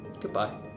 Goodbye